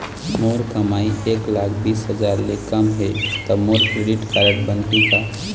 मोर कमाई एक लाख बीस हजार ले कम हे त मोर क्रेडिट कारड बनही का?